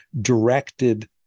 directed